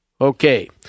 Okay